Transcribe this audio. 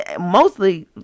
mostly